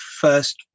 first